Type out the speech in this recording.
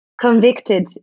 convicted